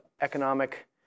economic